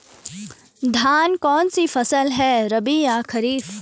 धान कौन सी फसल है रबी या खरीफ?